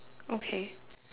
okay